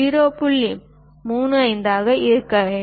35 மில்லிமீட்டராக இருக்க வேண்டும்